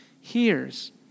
hears